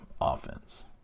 offense